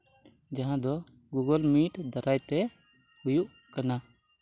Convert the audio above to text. ᱡᱟᱦᱟᱸ ᱫᱚ Google Meet ᱫᱟᱨᱟᱭᱛᱮ ᱦᱩᱭᱩᱜ ᱠᱟᱱᱟ